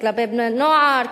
כלפי בני-נוער,